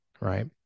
right